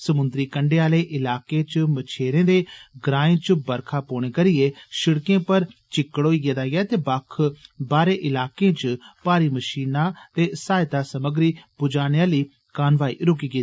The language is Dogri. समुन्द्री कंजे आले इलाकें च मच्छरें दे ग्रायें च बरखा पौहने करिये सिड़कें पर चिक्कड़ होई गेआ ते बक्ख बाहरे इलाकें च भारी मषीनां ते सहायता सामग्री पुज्जाने आल कॉनवाई रुकी गेई